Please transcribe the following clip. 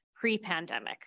pre-pandemic